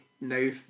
Now